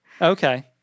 Okay